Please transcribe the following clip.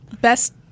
best